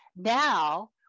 now